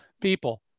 People